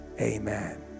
Amen